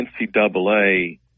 NCAA